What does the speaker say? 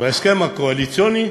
בהסכם הקואליציוני,